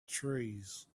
trees